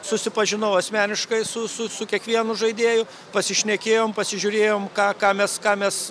susipažinau asmeniškai su su su kiekvienu žaidėju pasišnekėjom pasižiūrėjom ką ką mes ką mes